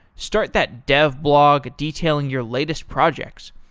start that dev blog detailing your latest projects.